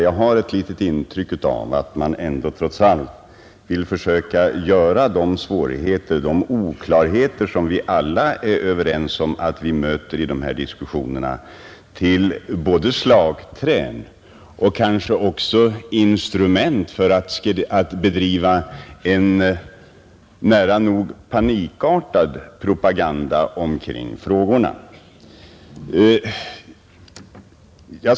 Jag har ett intryck av att man trots allt vill försöka göra de svårigheter, de oklarheter som vi alla är överens om att vi möter, till både slagträn och kanske också instrument i diskussionerna för att bedriva en nära nog panikartad propaganda omkring frågorna.